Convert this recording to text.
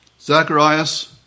Zacharias